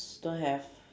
don't have